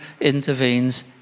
intervenes